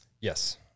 Yes